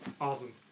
awesome